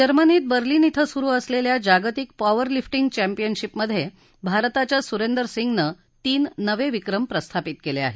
जर्मनीत बर्लिन ब्रिं सुरु असलेल्या जागतिक पॉवरलिफ्टिंग चस्पियनशिपमधे भारताच्या सुरेंदर सिंगने तीन नवे विक्रम प्रस्थापित केले आहेत